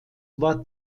war